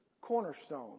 cornerstone